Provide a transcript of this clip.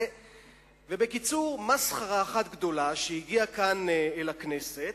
ובקיצור "מסחרה" אחת גדולה שהגיעה כאן אל הכנסת.